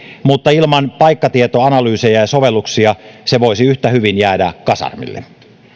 mutta ilman paikkatietoanalyysejä ja sovelluksia se voisi yhtä hyvin jäädä kasarmille